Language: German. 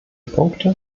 punkte